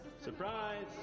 Surprise